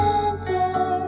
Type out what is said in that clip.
enter